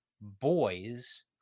boys